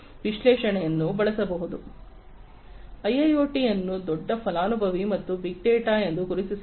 ಆದ್ದರಿಂದ ಐಐಒಟಿ ಅನ್ನು ದೊಡ್ಡ ಫಲಾನುಭವಿ ಅಥವಾ ಬಿಗ್ ಡೇಟಾ ಎಂದು ಗುರುತಿಸಬಹುದು